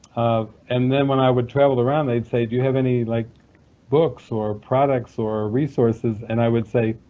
um and then when i would travel around they'd say, do you have any like books or products or resources? and i would say,